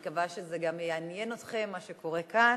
מקווה שגם יעניין אתכם, מה שקורה כאן.